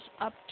up